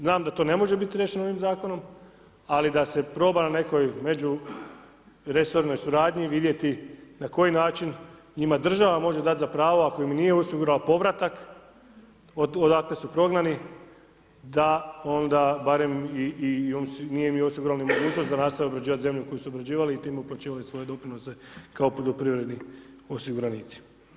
Znam da to ne može biti riješeno ovim Zakonom, ali da se proba na nekoj međuresornoj suradnji vidjeti na koji način njima država može dat za pravo, ako im nije osigurala povratak odatle su prognani, da onda barem i, nije im osigurala ni mogućnost da nastave obrađivat zemlju koju su obrađivali i time uplaćivali svoje doprinose kao poljoprivredni osiguranici.